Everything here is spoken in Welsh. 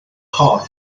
corn